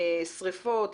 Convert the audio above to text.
שריפות,